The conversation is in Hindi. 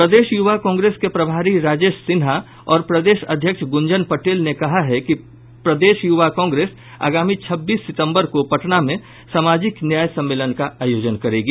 प्रदेश युवा कांग्रेस के प्रभारी राजेश सिन्हा और प्रदेश अध्यक्ष गुंजन पटेल ने कहा है कि प्रदेश युवा कांग्रेस आगामी छब्बीस सितंबर को पटना में सामाजिक न्याय सम्मेलन का आयोजन करेगी